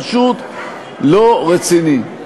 פשוט לא רציני.